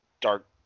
dark